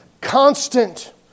constant